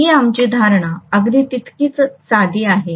ही आमची धारणा अगदी तितकीच साधी आहे